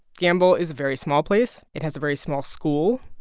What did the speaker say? gambell is a very small place, it has a very small school,